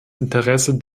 interesse